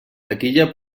taquilla